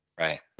Right